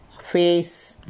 face